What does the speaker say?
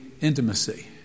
intimacy